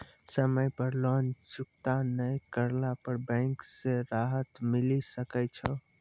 समय पर लोन चुकता नैय करला पर बैंक से राहत मिले सकय छै?